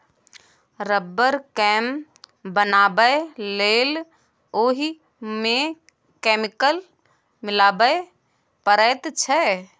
rubber केँ बनाबै लेल ओहि मे केमिकल मिलाबे परैत छै